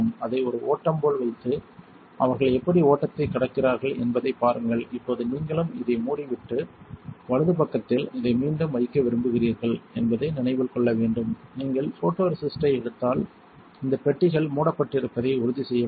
அதை ஒரு ஓட்டம் போல் வைத்து அவர்கள் எப்படி ஓட்டத்தை கடக்கிறார்கள் என்பதைப் பாருங்கள் இப்போது நீங்களும் இதை மூடிவிட்டு வலது பக்கத்தில் இதை மீண்டும் வைக்க விரும்புகிறீர்கள் என்பதை நினைவில் கொள்ள வேண்டும் நீங்கள் போட்டோரெசிஸ்ட்டை எடுத்தால் இந்த பெட்டிகள் மூடப்பட்டிருப்பதை உறுதிசெய்ய வேண்டும்